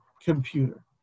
computer